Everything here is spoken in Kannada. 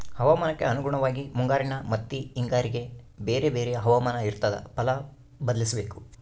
ಹವಾಮಾನಕ್ಕೆ ಅನುಗುಣವಾಗಿ ಮುಂಗಾರಿನ ಮತ್ತಿ ಹಿಂಗಾರಿಗೆ ಬೇರೆ ಬೇರೆ ಹವಾಮಾನ ಇರ್ತಾದ ಫಲ ಬದ್ಲಿಸಬೇಕು